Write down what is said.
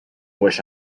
wish